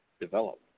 develop